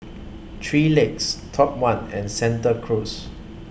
three Legs Top one and Santa Cruz